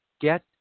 get